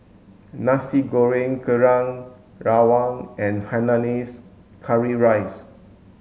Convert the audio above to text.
nasi goreng kerang rawon and hainanese curry rice